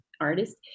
artist